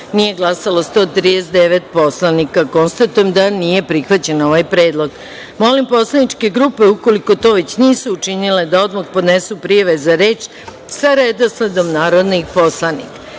nije glasalo – 139 narodnih poslanika. Konstatujem da nije prihvaćen ovaj predlog. Molim poslaničke grupe, ukoliko to već nisu učinile, da odmah podnesu prijave za reč za redosledom narodnih poslanika. Saglasno